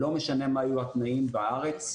לא משנה מה יהיו התנאים בארץ,